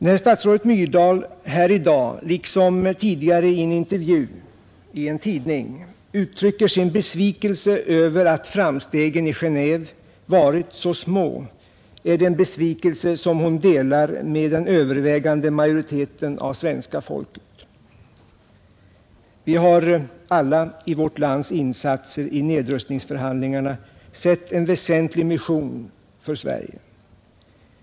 När Alva Myrdal här i dag liksom tidigare i en tidningsintervju uttrycker sin besvikelse över att framstegen i Genéve varit så små, är det en besvikelse som hon delar med den övervägande majoriteten av svenska folket. Vi har alla i vårt lands insatser i nedrustningsförhandlingarna sett en väsentlig mission för Sverige.